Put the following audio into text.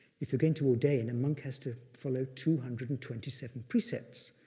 if you're going to ordain, a monk has to follow two hundred and twenty seven precepts.